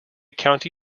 county